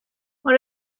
what